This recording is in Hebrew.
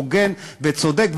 הוגן וצודק,